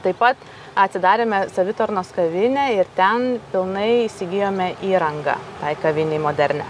taip pat atidarėme savitarnos kavinę ir ten pilnai įsigijome įrangą tai kavinei modernią